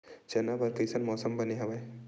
चना बर कइसन मौसम बने हवय?